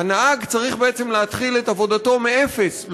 הנהג צריך להתחיל את עבודתו מאפס,